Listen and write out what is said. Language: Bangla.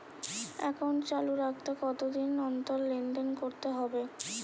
একাউন্ট চালু রাখতে কতদিন অন্তর লেনদেন করতে হবে?